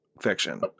fiction